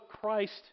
Christ